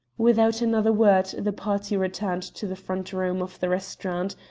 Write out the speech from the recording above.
without another word the party returned to the front room of the restaurant,